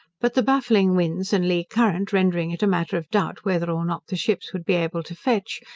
but the baffling winds and lee current rendering it a matter of doubt whether or not the ships would be able to fetch,